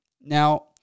Now